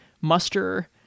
muster